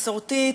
מסורתית,